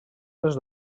les